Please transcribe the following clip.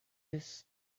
this